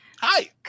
Hi